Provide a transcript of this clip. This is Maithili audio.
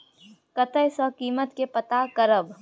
कतय सॅ कीमत के पता करब?